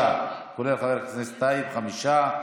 כולל חבר הכנסת טייב זה חמישה.